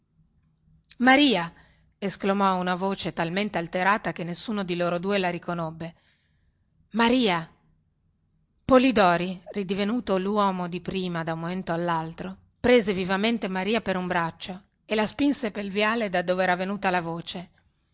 maria chiamò una voce talmente alterata che nessuno di loro due la riconobbe maria polidori ridivenuto luomo di prima da un momento allaltro prese vivamente maria per un braccio e la spinse pel viale da dove era venuta la voce